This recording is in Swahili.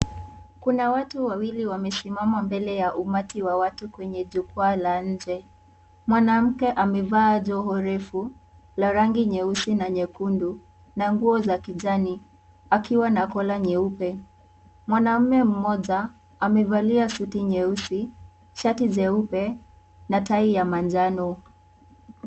Kuna watu wawili wamesimama mbele ya umati wa watu kwenye jukwaa la nje, mwanamke amevaa joho refu la rangi nyeusi na nyekundu na nguo za kijani akiwa na kola nyeupe. Mwanaume mmoja amevalia suti nyeusi shati jeupe na tai ya manjano.